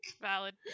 Valid